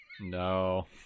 No